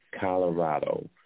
Colorado